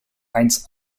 eins